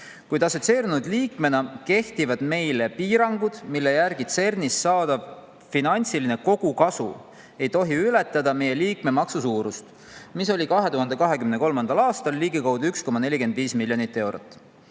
Kuid assotsieerunud liikmena kehtivad meile piirangud, mille järgi CERN‑ist saadav finantsiline kogukasum ei tohi ületada meie liikmemaksu suurust, mis oli 2023. aastal ligikaudu 1,45 miljonit eurot.